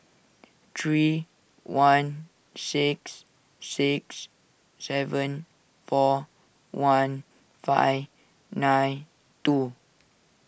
three one six six seven four one five nine two